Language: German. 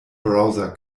browser